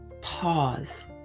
pause